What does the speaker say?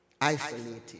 isolated